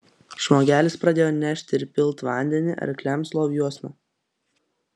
žmogelis pradėjo nešt ir pilt vandenį arkliams loviuosna